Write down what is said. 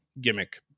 gimmick